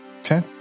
Okay